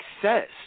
success